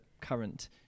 current